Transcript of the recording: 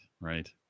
right